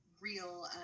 real